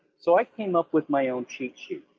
so i came up with my own cheat sheet,